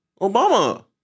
Obama